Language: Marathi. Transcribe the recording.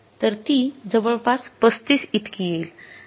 तर ती जवळपास ३५ इतकी येईल